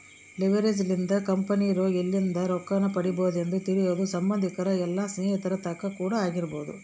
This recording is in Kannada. ಲೆವೆರೇಜ್ ಲಿಂದ ಕಂಪೆನಿರೊ ಎಲ್ಲಿಂದ ರೊಕ್ಕವನ್ನು ಪಡಿಬೊದೆಂದು ತಿಳಿಬೊದು ಸಂಬಂದಿಕರ ಇಲ್ಲ ಸ್ನೇಹಿತರ ತಕ ಕೂಡ ಆಗಿರಬೊದು